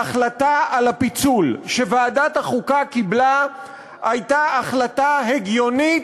ההחלטה על הפיצול שוועדת החוקה קיבלה הייתה החלטה הגיונית,